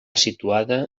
situada